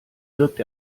wirkt